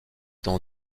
dans